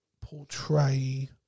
portray